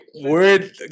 word